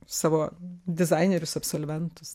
savo dizainerius absolventus